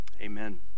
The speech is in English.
amen